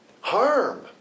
harm